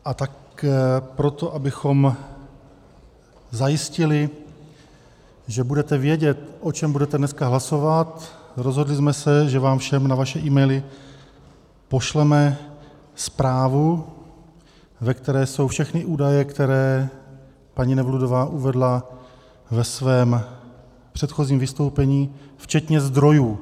A tak pro to, abychom zajistili, že budete vědět, o čem budete dneska hlasovat, rozhodli jsme se, že vám všem na vaše emaily pošleme zprávu, ve které jsou všechny údaje, které paní Nevludová uvedla ve svém předchozím vystoupení, včetně zdrojů.